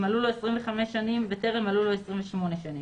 אם מלאו לו 25 שנים וטרם מלאו לו 28 שנים,